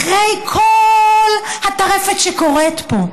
אחרי כל הטרפת שקורית פה,